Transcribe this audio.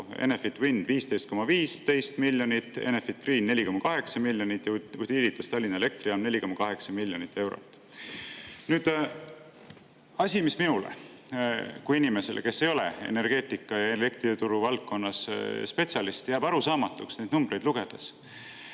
Wind 15,15 miljonit, Enefit Green 4,8 miljonit ja Utilitas Tallinna Elektrijaam 4,8 miljonit eurot. Asi, mis minule kui inimesele, kes ei ole energeetika- ja elektrituruvaldkonnas spetsialist, jääb arusaamatuks neid numbreid lugedes,